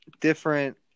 different